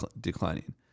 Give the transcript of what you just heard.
declining